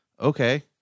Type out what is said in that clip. okay